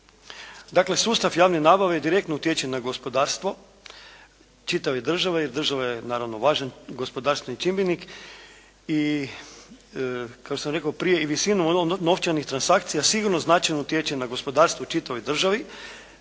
Dakle, sustav javne nabave direktno utječe na gospodarstvo čitave države i država je naravno važan gospodarstveni čimbenik i kao što sam rekao prije i visina novčanih transakcija sigurno značajno utječe na gospodarstvo u čitavoj državi